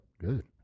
Good